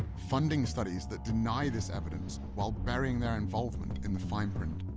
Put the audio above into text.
funding studies that deny this evidence while burying their involvement in the fine print.